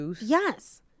yes